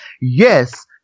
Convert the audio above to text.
Yes